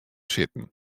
sitten